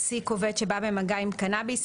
במגע עם קנאביס,